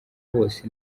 bose